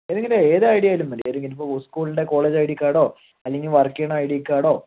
ഏതെങ്കിലും ആയി ഏത് ഐ ഡി ആയാലും മതി ഏതെങ്കിലും ഇപ്പോൾ സ്കൂളിൻ്റെ കോളേജ് ഐ ഡി കാർഡൊ അല്ലെങ്കിൽ വർക്ക് ചെയ്യണ ഐ ഡി കാർഡൊ